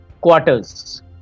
quarters